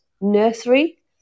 nursery